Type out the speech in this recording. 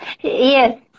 Yes